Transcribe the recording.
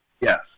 Yes